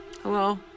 Hello